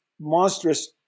monstrous